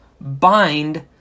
bind